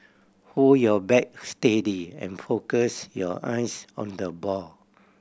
hold your bat steady and focus your eyes on the ball